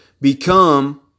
become